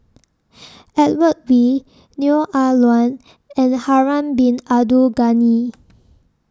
Edmund Wee Neo Ah Luan and Harun Bin Abdul Ghani